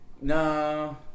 No